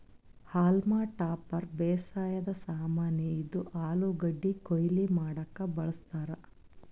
haulm topper ಬೇಸಾಯದ್ ಸಾಮಾನಿ, ಇದು ಆಲೂಗಡ್ಡಿ ಕೊಯ್ಲಿ ಮಾಡಕ್ಕ್ ಬಳಸ್ತಾರ್